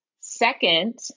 Second